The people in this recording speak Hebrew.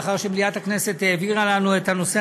לאחר שמליאת הכנסת העבירה לנו את הנושא